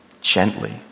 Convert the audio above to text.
gently